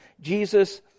Jesus